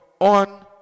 on